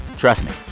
trust me.